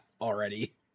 already